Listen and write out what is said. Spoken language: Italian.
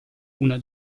una